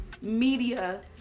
media